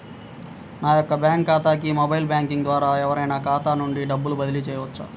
నా యొక్క బ్యాంక్ ఖాతాకి మొబైల్ బ్యాంకింగ్ ద్వారా ఎవరైనా ఖాతా నుండి డబ్బు బదిలీ చేయవచ్చా?